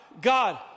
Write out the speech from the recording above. God